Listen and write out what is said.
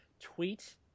tweet